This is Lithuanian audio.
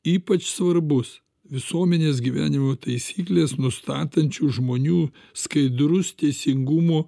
ypač svarbus visuomenės gyvenimo taisyklės nustatančių žmonių skaidrus teisingumo